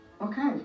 Okay